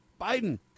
Biden